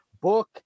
Book